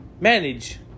manage